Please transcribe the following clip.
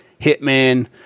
Hitman